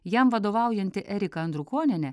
jam vadovaujanti erika andrukonienė